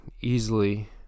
easily